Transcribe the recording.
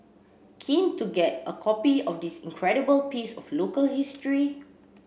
keen to get a copy of this incredible piece of local history